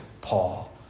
Paul